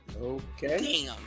Okay